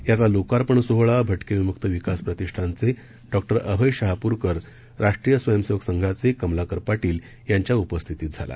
याचा लोकार्पण सोहळा भटके विमुक्त विकास प्रतिष्ठानचे डॉक्टर अभय शहाप्रकर राष्ट्रीय स्वयंसेवक संघाचे कमलाकर पाटील यांच्या उपस्थितीत झाला